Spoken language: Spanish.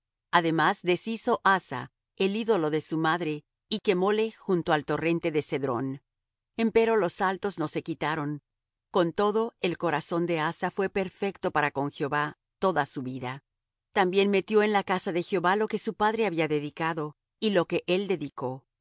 además deshizo asa el ídolo de su madre y quemólo junto al torrente de cedrón empero los altos no se quitaron con todo el corazón de asa fué perfecto para con jehová toda su vida también metió en la casa de jehová lo que su padre había dedicado y lo que él dedicó